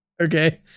Okay